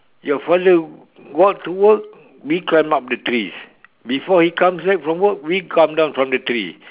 your father go out to work we climb up the trees before he comes back from work we come down from the tree